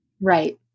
Right